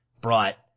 brought